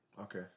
Okay